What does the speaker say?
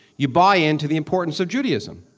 you buy into the importance of judaism.